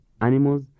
animals